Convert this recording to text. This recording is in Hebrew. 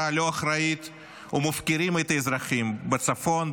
לא אחראית ומפקירים את האזרחים בצפון,